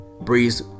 Breeze